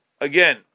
again